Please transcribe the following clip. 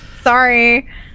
Sorry